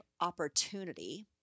opportunity